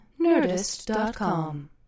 Nerdist.com